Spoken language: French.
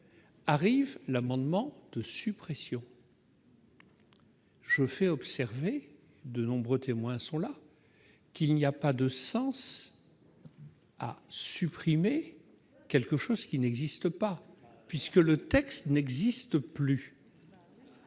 arrive l'amendement de suppression. Je fais observer de nombreux témoins sont là, qu'il n'y a pas de sens, a supprimé quelque chose qui n'existe pas, puisque le texte n'existe plus,